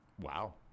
Wow